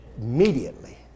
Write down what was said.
immediately